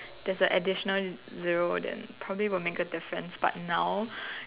there's additional zero then probably will make a different but now